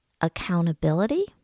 accountability